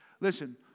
Listen